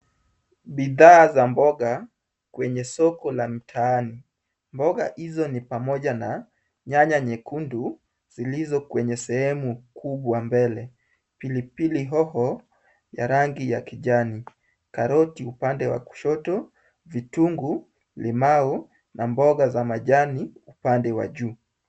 Bidhaa za mboga kwenye soko la mtaani. Mboga hizo ni pamoja na nyanya nyekundu zilizo kwenye sehemu kubwa mbele, pilipili hoho ya rangi ya kijani, karoti upande wa kushoto, vitunguu, limao na mboga za majani upande wa juu.